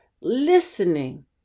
listening